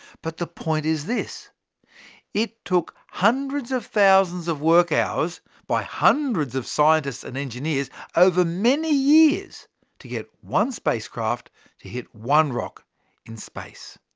but the point is that it took hundreds of thousands of work-hours by hundreds of scientists and engineers over many years to get one spacecraft to hit one rock in space.